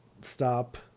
stop